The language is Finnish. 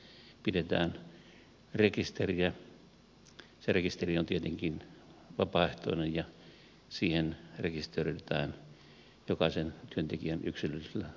se rekisteri on tietenkin vapaaehtoinen ja siihen rekisteröidytään jokaisen työntekijän yksilöllisellä suostumuksella